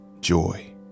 Joy